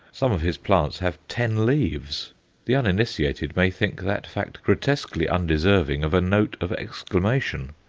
some of his plants have ten leaves the uninitiated may think that fact grotesquely undeserving of a note of exclamation,